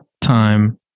time